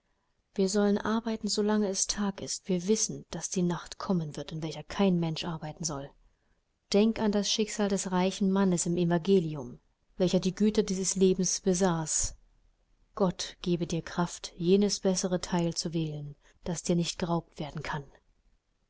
wir sollen arbeiten solange es tag ist wir wissen daß die nacht kommen wird in welcher kein mensch arbeiten soll denk an das schicksal des reichen mannes im evangelium welcher die güter dieses lebens besaß gott gebe dir kraft jenes bessere teil zu erwählen das dir nicht geraubt werden kann